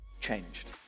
changed